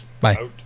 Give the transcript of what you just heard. bye